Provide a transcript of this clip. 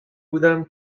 بودم